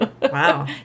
Wow